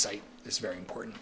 site is very important